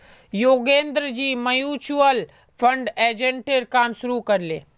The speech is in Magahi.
योगेंद्रजी म्यूचुअल फंड एजेंटेर काम शुरू कर ले